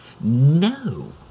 No